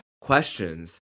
questions